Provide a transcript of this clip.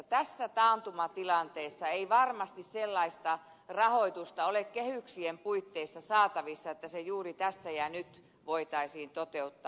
tässä taantumatilanteessa ei varmasti sellaista rahoitusta ole kehyksien puitteissa saatavissa että se juuri tässä ja nyt voitaisiin toteuttaa